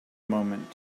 moment